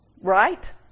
Right